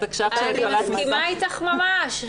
אני מסכימה איתך ממש.